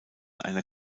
einer